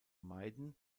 meiden